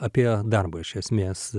apie darbą iš esmės